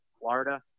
Florida